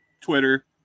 twitter